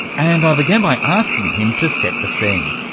and i began by asking him to set the scene,